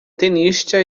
tenista